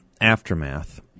aftermath